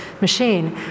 machine